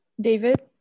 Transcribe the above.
David